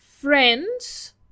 Friends